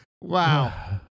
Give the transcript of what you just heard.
Wow